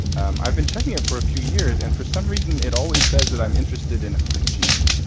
um i've been checking it for a few years and for some reason it always says that i'm interested in hygiene.